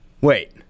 Wait